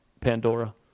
Pandora